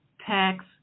tax